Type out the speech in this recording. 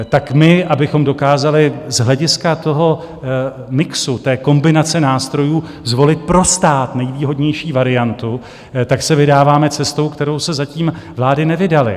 Tak my, abychom dokázali z hlediska mixu, té kombinace nástrojů, zvolit pro stát nejvýhodnější variantu, se vydáváme cestou, kterou se zatím vlády nevydaly.